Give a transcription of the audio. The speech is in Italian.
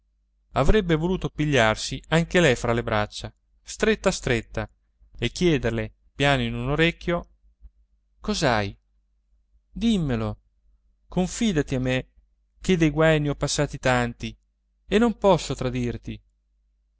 avrebbe voluto pigliarsi anche lei fra le braccia stretta stretta e chiederle piano in un orecchio cos'hai dimmelo confidati a me che dei guai ne ho passati tanti e non posso tradirti